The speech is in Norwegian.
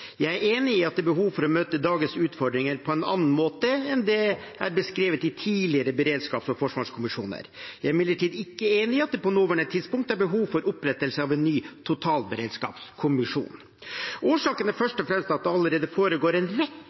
Jeg er enig i at det er behov for å møte dagens utfordringer på en annen måte enn det som er beskrevet av tidligere beredskaps- og forsvarskommisjoner. Jeg er imidlertid ikke enig i at det på det nåværende tidspunkt er behov for opprettelse av en ny totalberedskapskommisjon. Årsaken er først og fremst at det allerede foregår en rekke